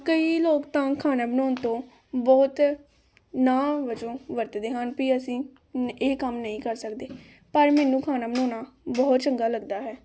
ਕਈ ਲੋਕ ਤਾਂ ਖਾਣਾ ਬਣਾਉਣ ਤੋਂ ਬਹੁਤ ਨਾ ਵਜੋਂ ਵਰਤਦੇ ਹਨ ਵੀ ਅਸੀਂ ਇਹ ਕੰਮ ਨਹੀਂ ਕਰ ਸਕਦੇ ਪਰ ਮੈਨੂੰ ਖਾਣਾ ਬਣਾਉਣਾ ਬਹੁਤ ਚੰਗਾ ਲਗਦਾ ਹੈ